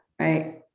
right